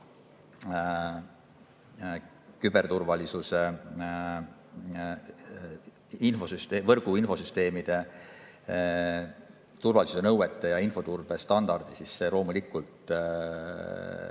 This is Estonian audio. küberturvalisuse, võrgu‑ ja infosüsteemide turvalisuse nõuete ja infoturbestandardi, siis see kõik loomulikult